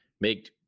make